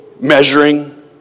measuring